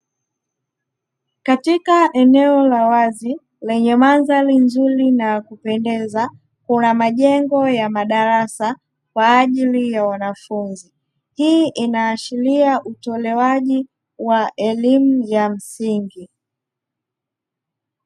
Katika eneo la wazi lenye mandhari nzuri na yakupendeza, kuna majengo mazuri ya madarasa kwaajili ya wanafunzi, hii inaashiria utolewaji wa elimu ya msingi.